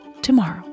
tomorrow